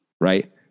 right